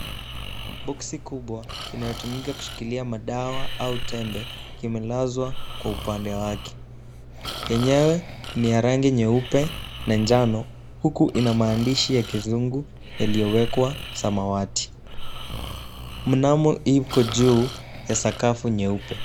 Boxi kubwa inayotumika kushikilia madawa au tembe kimelazwa kwa upande wake. Yenyewe ni ya rangi nyeupe na njano huku ina maandishi ya kizungu yaliyowekwa samawati. Mnamo iko juu ya sakafu nyeupe.